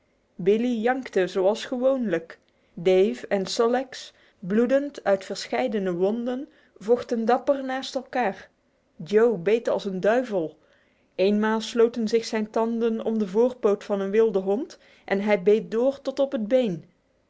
billee jankte zoals gewoonlijk dave en sol leks bloedend uit verscheidene wonden vochten dapper naast elkaar joe beet als een duivel eenmaal sloten zich zijn tanden om de voorpoot van een wilde hond en hij beet door tot op het been